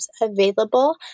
available